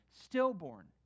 stillborn